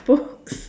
both